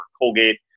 Colgate